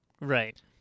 Right